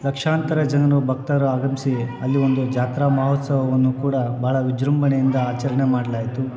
ಲಕ್ಷಾಂತರ ಜನರು ಭಕ್ತರು ಆಗಮಿಸಿ ಅಲ್ಲಿ ಒಂದು ಜಾತ್ರಾ ಮಹೋತ್ಸವವನ್ನು ಕೂಡ ಭಾಳ ವಿಜೃಂಭಣೆಯಿಂದ ಆಚರಣೆ ಮಾಡಲಾಯ್ತು